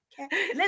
okay